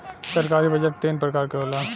सरकारी बजट तीन परकार के होला